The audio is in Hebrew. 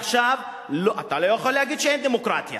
אתה לא יכול להגיד שאין דמוקרטיה